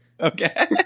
Okay